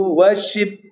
worship